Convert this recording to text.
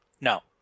no